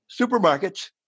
supermarkets